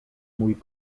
mój